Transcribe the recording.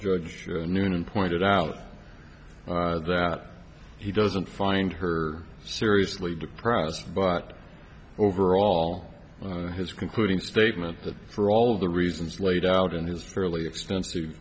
judge noonan pointed out that he doesn't find her seriously depressed but overall his concluding statement that for all of the reasons laid out in his fairly extensive